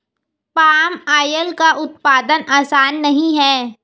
palm oil का उत्पादन आसान नहीं है